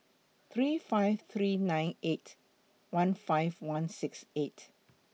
three five three nine eight one five one six eight